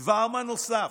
דבר מה נוסף: